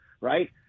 right